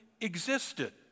existed